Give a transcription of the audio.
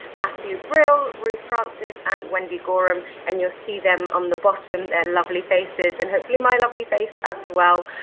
matthew brill, ruth francis and wendy gorham, and you'll see them on the bottom, their lovely faces and hopefully my lovely face as well,